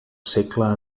segle